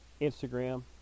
instagram